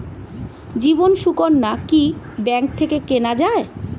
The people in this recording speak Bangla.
জীবন সুকন্যা কি ব্যাংক থেকে কেনা যায়?